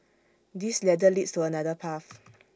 this ladder leads to another path